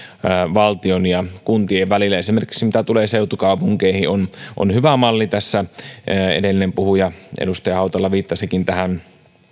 valtion ja kuntien välillä mitä tulee esimerkiksi seutukaupunkeihin on on hyvä malli tässä edellinen puhuja edustaja hautala viittasikin tähän